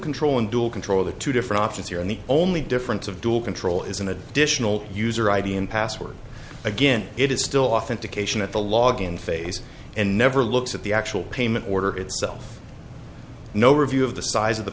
control and dual control the two different options here and the only difference of dual control is an additional user id and password again it is still authentication at the logon phase and never looks at the actual payment order itself no review of the size of the